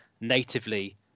natively